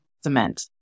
cement